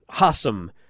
awesome